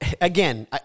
Again